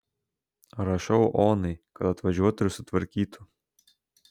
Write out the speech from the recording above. rašau onai kad atvažiuotų ir sutvarkytų